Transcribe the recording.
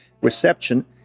reception